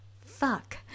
fuck